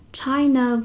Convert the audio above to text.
China